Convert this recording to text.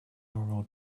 normal